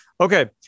Okay